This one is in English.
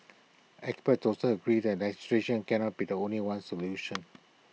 experts also agree that legislation cannot be the only solution